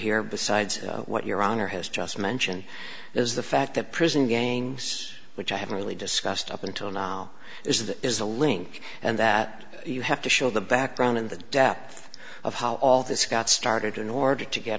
here besides what your honor has just mentioned is the fact that prison games which i haven't really discussed up until now is that is the link and that you have to show the background in the depth of how all this got started in order to get